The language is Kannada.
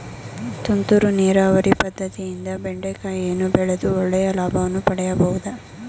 ತುಂತುರು ನೀರಾವರಿ ಪದ್ದತಿಯಿಂದ ಬೆಂಡೆಕಾಯಿಯನ್ನು ಬೆಳೆದು ಒಳ್ಳೆಯ ಲಾಭವನ್ನು ಪಡೆಯಬಹುದೇ?